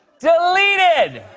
deleted!